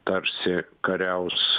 tarsi kariaus